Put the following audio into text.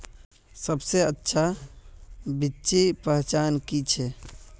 सबसे अच्छा बिच्ची पहचान की छे?